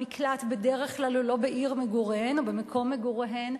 בדרך כלל המקלט הוא לא בעיר מגוריהן או במקום מגוריהן,